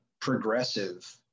progressive